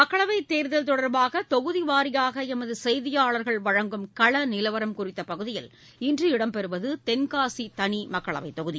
மக்களவைத் தேர்தல் தொடர்பாக தொகுதி வாரியாக எமது செய்தியாளர்கள் வழங்கும் கள நிலவரம் குறித்த பகுதியில் இன்று இடம் பெறுவது தென்காசி தனி மக்களவைத் தொகுதி